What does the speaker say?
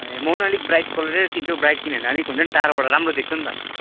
ए म पनि अलिक ब्राइट कलरै किन्छु ब्राइट किन्यो भने अलिक हुन्छ नि टाडोबाट राम्रो देख्छ नि त